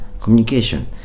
communication